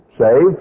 save